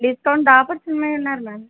discount दहा percent मिळणार ma'am